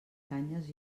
canyes